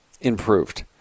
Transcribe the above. improved